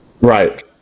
Right